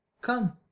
come